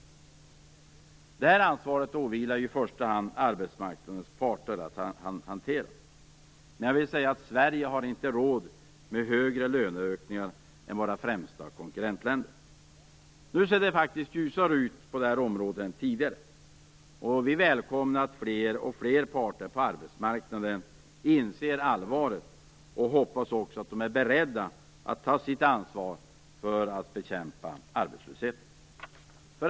Ansvaret för att hantera detta åvilar främst arbetsmarknadens parter. Sverige har inte råd med högre löneökningar än våra främsta konkurrentländer. Det ser dock ljusare ut på det området än tidigare. Vi välkomnar att fler och fler parter på arbetsmarknaden inser allvaret och hoppas också att de är beredda att ta sitt ansvar för att bekämpa arbetslösheten.